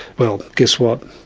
well, guess what?